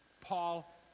Paul